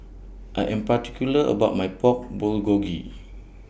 I Am particular about My Pork Bulgogi